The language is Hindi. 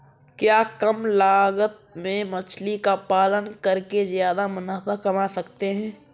क्या कम लागत में मछली का पालन करके ज्यादा मुनाफा कमा सकते हैं?